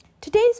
Today's